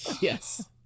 Yes